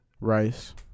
rice